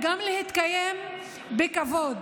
וגם להתקיים בכבוד.